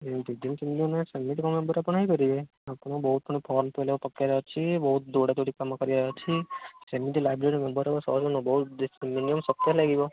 ହଁ ଦୁଇ ଦିନି ତିନି ଦିନରେ ସେମିତି କ'ଣ ମେମ୍ବର୍ ଆପଣ ହୋଇପାରିବେ ଆପଣଙ୍କୁ ବହୁତ ଫୁଣି ଫର୍ମ ଫିଲ୍ଲପ୍ ପକେଇବାର ଅଛି ବହୁତ ଦୌଡ଼ା ଦୌଡ଼ି କାମ କରିବାର ଅଛି ସେମିତି ଲାଇବ୍ରେରୀ ମେମ୍ବର୍ ହେବା ସହଜ ନୁହେଁ ବହୁତ ମିନିମନ୍ ସପ୍ତାହେ ଲାଗିବ